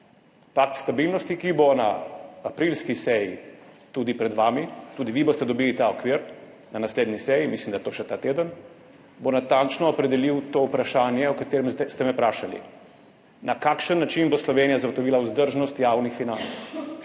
Pakt stabilnosti, ki bo na aprilski seji, tudi pred vami, tudi vi boste dobili ta okvir na naslednji seji, mislim, da je to še ta teden, bo natančno opredelil to vprašanje, o katerem ste me vprašali: Na kakšen način bo Slovenija zagotovila vzdržnost javnih financ?